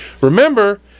Remember